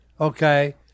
okay